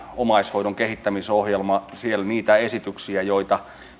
omaishoidon kehittämisohjelma siellä on niitä esityksiä joita